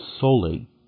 solely